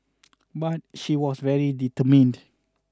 but she was very determined